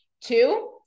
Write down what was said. Two